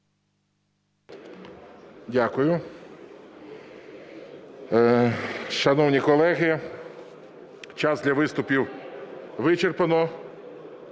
Дякую. Шановні колеги, час для виступів вичерпано.